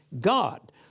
God